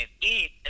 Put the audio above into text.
eat